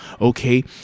okay